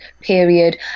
period